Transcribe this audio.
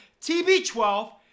TB12